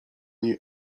niej